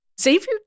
Xavier